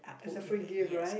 as a free gift right